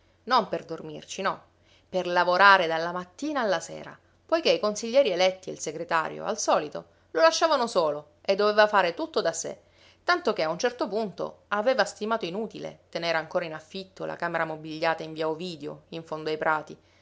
non per dormirci no per lavorare dalla mattina alla sera poiché i consiglieri eletti e il segretario al solito lo lasciavano solo e doveva far tutto da sé tanto che a un certo punto aveva stimato inutile tenere ancora in affitto la camera mobigliata in via ovidio in fondo ai prati